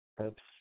oops